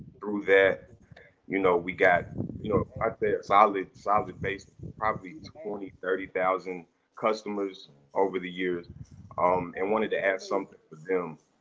through that you know we got you know out there solid solid base, of probably twenty, thirty thousand customers over the years um and wanted to add something to them.